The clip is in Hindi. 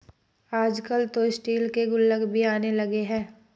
आजकल तो स्टील के गुल्लक भी आने लगे हैं